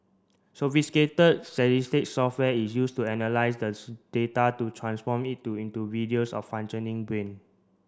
sophisticated software is used to analyse the data to transform it to into videos of functioning brain